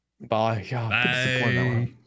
Bye